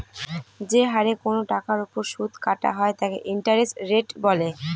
যে হারে কোনো টাকার ওপর সুদ কাটা হয় তাকে ইন্টারেস্ট রেট বলে